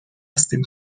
هستیم